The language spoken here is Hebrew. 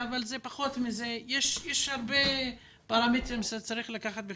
יש הרבה פרמטרים שצריך לקחת בחשבון.